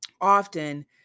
often